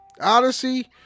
Odyssey